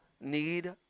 need